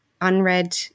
unread